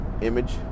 image